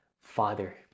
Father